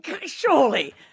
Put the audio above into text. Surely